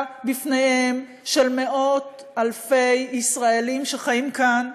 בפניהם של מאות אלפי ישראלים שחיים כאן,